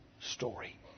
story